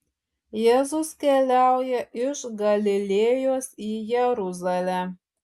jėzus keliauja iš galilėjos į jeruzalę